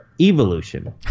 evolution